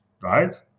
right